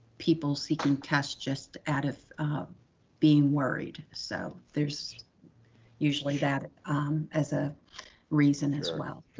people seeking tests just out of being worried. so there's usually that um as a reason as well.